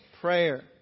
prayer